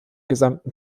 gesamten